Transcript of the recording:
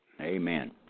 Amen